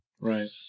Right